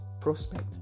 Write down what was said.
prospect